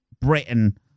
Britain